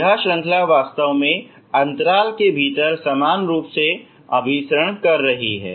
यह श्रृंखला वास्तव में अंतराल के भीतर समान रूप से अभिसरण कर रही है